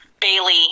Bailey